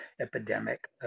epidemic